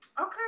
Okay